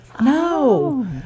No